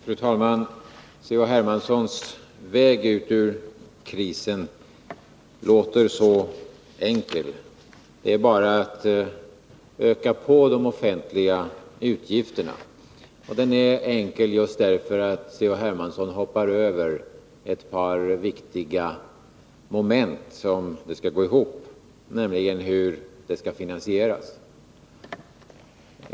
Fru talman! C.-H. Hermanssons väg ut ur krisen låter så enkel. Det är bara att öka de offentliga utgifterna. Den är enkel just därför att C.-H. Hermansson hoppar över ett par moment, som är viktiga om det skall gå ihop. Det gäller finansieringen.